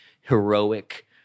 heroic